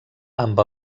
amb